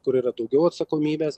kur yra daugiau atsakomybės